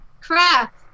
Crap